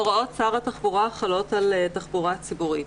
הוראות שר התחבורה חלות על תחבורה ציבורית.